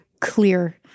clear